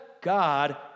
God